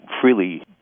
freely